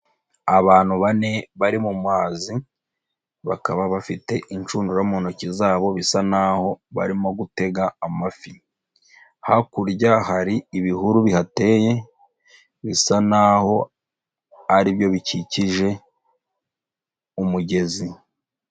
Abantu bane bari mu mazi bakaba bafite inshundura mu ntoki zabo bisa n'aho barimo gutega amafi, hakurya hari ibihuru bihateye bisa n'aho ari byo bikikije umugezi.